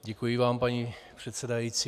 Děkuji vám paní předsedající.